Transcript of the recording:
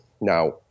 Now